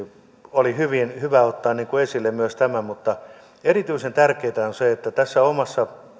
oli hyvä ottaa esille myös tämä mutta erityisen tärkeätä on se että tässä omassa